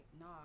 nah